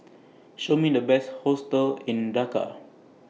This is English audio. Show Me The Best Hostels in Dhaka